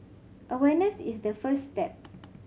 awareness is the first step